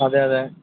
അതെ അതെ